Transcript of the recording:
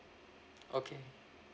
okay